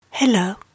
Hello